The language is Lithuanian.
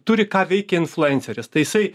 turi ką veikia influenceris tai jisai